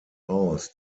aus